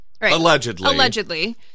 allegedly